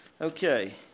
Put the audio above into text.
Okay